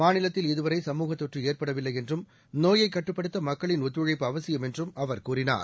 மாநிலத்தில் இதுவரை சமூகத் தொற்று ஏற்படவில்லை என்றும் நோயைக் கட்டுப்படுத்த மக்களின் ஒத்துழைப்பு அவசியம் என்றும் அவர் கூறினார்